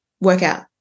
workout